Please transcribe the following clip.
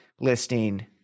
listing